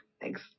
Thanks